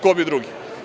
Ko bi drugi?